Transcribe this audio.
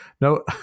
no